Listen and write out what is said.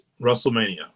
WrestleMania